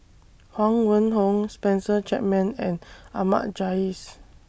Huang Wenhong Spencer Chapman and Ahmad Jais